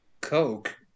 Coke